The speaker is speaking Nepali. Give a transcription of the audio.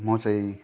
म चाहिँ